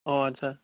অ' আচ্ছা